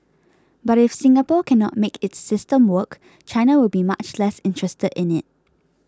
but if Singapore cannot make its system work China will be much less interested in it